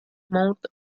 mount